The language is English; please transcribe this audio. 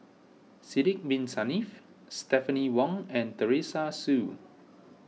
Sidek Bin Saniff Stephanie Wong and Teresa Hsu